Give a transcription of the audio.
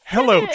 Hello